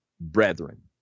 brethren